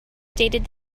stated